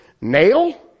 nail